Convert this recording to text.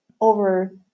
over